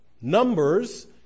Numbers